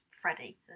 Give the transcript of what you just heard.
Freddie